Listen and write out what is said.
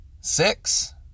six